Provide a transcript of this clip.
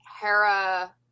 Hera